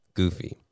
goofy